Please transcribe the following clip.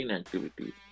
activities